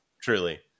Truly